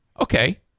okay